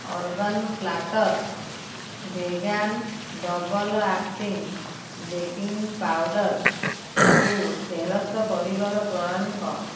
urban platter vegan double acting baking powder କୁ ଫେରସ୍ତ କରିବାର ପ୍ରଣାଳୀ କ'ଣ